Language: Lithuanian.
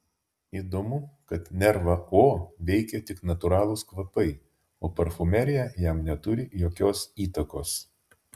įdomu kad nervą o veikia tik natūralūs kvapai o parfumerija jam neturi jokios įtakos